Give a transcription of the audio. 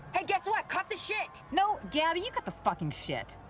hey guess what, cut the shit! no, gabi, you cut the fucking shit.